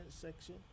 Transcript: section